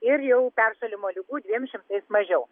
ir jau peršalimo ligų dviem šimtais mažiau